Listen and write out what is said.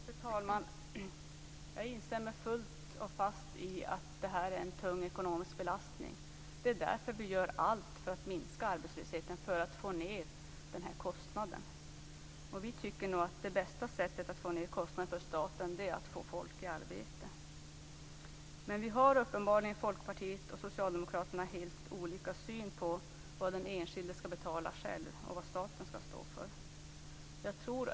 Fru talman! Jag instämmer fullt och fast i att det här är en tung ekonomisk belastning. Vi gör ju också allt för att minska arbetslösheten just för att få ned den här kostnaden. Vi tycker nog att det bästa sättet att få ned kostnaden för staten är att få folk i arbete. Men uppenbarligen har Folkpartiet och Socialdemokraterna helt olika syn på vad den enskilde själv skall betala och vad staten skall stå för.